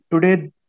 Today